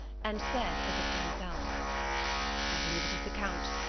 and said, as if to himself i believe it is the count,